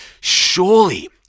surely